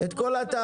את כל התהליך.